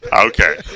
okay